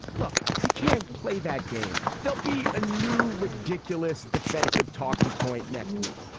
look you can't play that game. there'll be a new ridiculous defensive talking point next week.